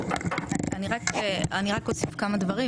אני רק אוסיף כמה דברים,